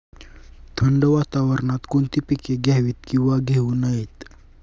थंड वातावरणात कोणती पिके घ्यावीत? किंवा घेऊ नयेत?